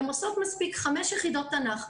הן עושות מספיק חמש יחידות תנ"ך,